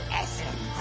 essence